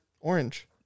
orange